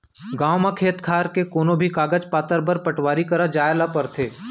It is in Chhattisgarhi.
गॉंव म खेत खार के कोनों भी कागज पातर बर पटवारी करा जाए ल परथे